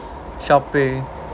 shopping